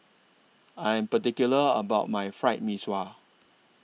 I Am particular about My Fried Mee Sua